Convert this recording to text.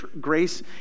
grace